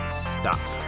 stop